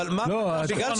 חוקים פרסונליים.